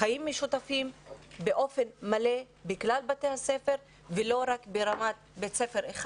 חיים משותפים באופן מלא בכלל בתי הספר ולא רק ברמת בית ספר אחד.